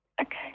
Okay